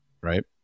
right